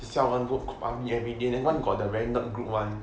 siao [one] go clubbing everyday then one got the random group one